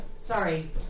Sorry